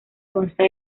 consta